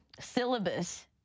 syllabus